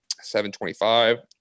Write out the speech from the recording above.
725